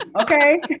Okay